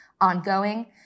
ongoing